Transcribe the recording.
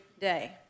day